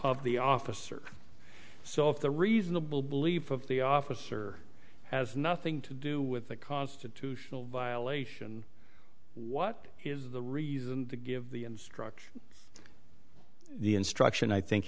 of the officer so if the reasonable belief of the officer has nothing to do with the constitutional violation what is the reason to give the instruction the instruction i think